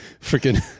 freaking